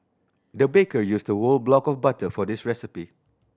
the baker used a whole block of butter for this recipe